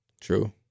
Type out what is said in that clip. True